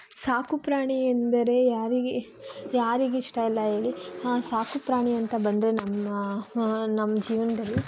ಸಾಕುಪ್ರಾಣಿ ಎಂದರೆ ಯಾರಿಗೆ ಯಾರಿಗಿಷ್ಟ ಇಲ್ಲ ಹೇಳಿ ನಾ ಸಾಕುಪ್ರಾಣಿ ಅಂತ ಬಂದರೆ ನಮ್ಮ ನಮ್ಮ ಜೀವನದಲ್ಲಿ